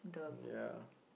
ya